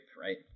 right